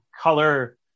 color